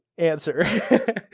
answer